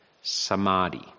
Samadhi